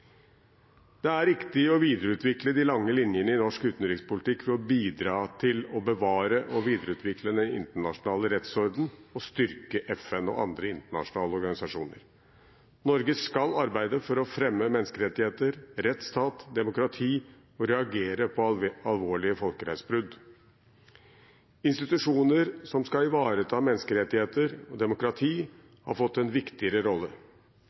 Det er riktig å videreutvikle de lange linjene i norsk utenrikspolitikk ved å bidra til å bevare og videreutvikle den internasjonale rettsorden og styrke FN og andre internasjonale organisasjoner. Norge skal arbeide for å fremme menneskerettigheter, rettsstat og demokrati og reagere på alvorlige folkerettsbrudd. Institusjoner som skal ivareta menneskerettigheter og demokrati, har fått en viktigere rolle.